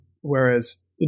whereas